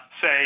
say